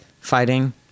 Fighting